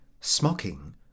Smocking